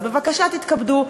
אז בבקשה תתכבדו,